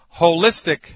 holistic